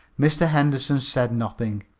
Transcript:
mr. henderson said nothing.